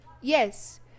Yes